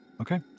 Okay